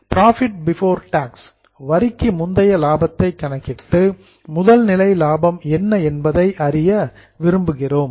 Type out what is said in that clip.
profit before tax வரிக்கு முந்தைய லாபத்தை கணக்கிட்டு முதல் நிலை லாபம் என்ன என்பதை அறிய விரும்புகிறோம்